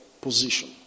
position